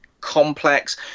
complex